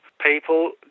people